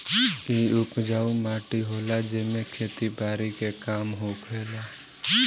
इ उपजाऊ माटी होला जेमे खेती बारी के काम होखेला